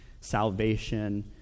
salvation